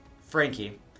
Frankie